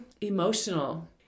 emotional